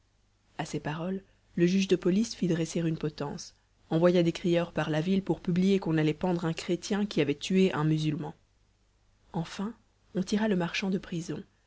à ces paroles le juge de police fit dresser une potence envoya des crieurs par la ville pour publier qu'on allait pendre un chrétien qui avait tué un musulman enfin on tira le marchand de prison